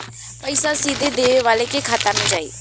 पइसा सीधे देवे वाले के खाते में जाई